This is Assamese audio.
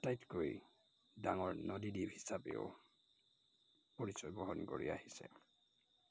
আটাইতকৈ ডাঙৰ নদীদ্বীপ হিচাপেও পৰিচয় বহন কৰি আহিছে